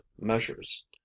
measures